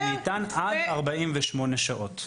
מהירה ככל שניתן, עד 48 שעות.